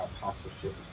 apostleship